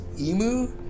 Emu